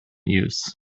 use